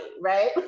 right